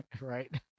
Right